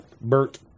Bert